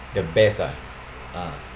the best ah ah